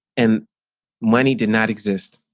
and money did not exist,